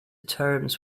terms